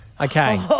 Okay